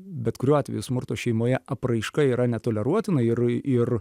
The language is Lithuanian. bet kuriuo atveju smurto šeimoje apraiška yra netoleruotina ir ir